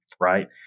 right